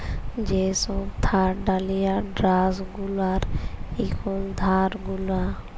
যে সব থার্ড ডালিয়ার ড্যাস গুলার এখুল ধার গুলা